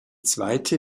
zweite